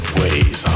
ways